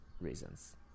reasons